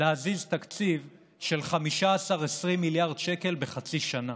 להזיז תקציב של 15 20 מיליארד שקל בחצי שנה?